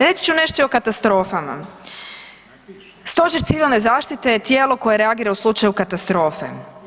Reći ću nešto i o katastrofama, stožer civilne zaštite je tijelo koje reagira u slučaju katastrofe.